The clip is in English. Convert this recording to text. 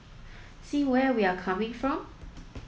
see where we're coming from